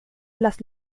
las